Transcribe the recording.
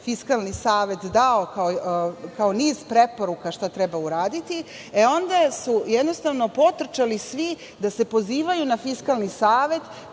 Fiskalni savet dao kao niz preporuka šta treba uraditi, onda su potrčali svi da se pozivaju na Fiskalni savet,